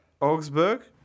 Augsburg